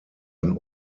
ein